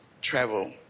travel